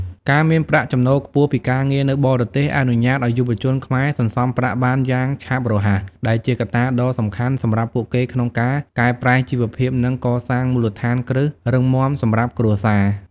ការមានប្រាក់ចំណូលខ្ពស់ពីការងារនៅបរទេសអនុញ្ញាតឱ្យយុវជនខ្មែរសន្សំប្រាក់បានយ៉ាងឆាប់រហ័ស ដែលជាកត្តាដ៏សំខាន់សម្រាប់ពួកគេក្នុងការកែប្រែជីវភាព និងកសាងមូលដ្ឋានគ្រឹះរឹងមាំសម្រាប់គ្រួសារ។